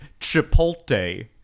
Chipotle